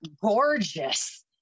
gorgeous